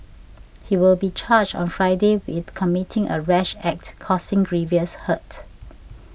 he will be charged on Friday with committing a rash act causing grievous hurt